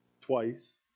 twice